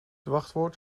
wachtwoord